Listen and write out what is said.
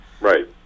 right